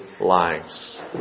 lives